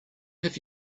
have